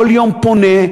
כל יום פונה,